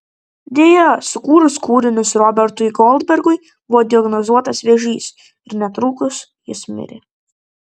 deja sukūrus kūrinius robertui goldbergui buvo diagnozuotas vėžys ir netrukus jis mirė